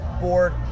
board